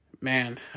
Man